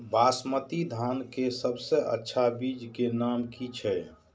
बासमती धान के सबसे अच्छा बीज के नाम की छे?